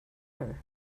her